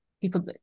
people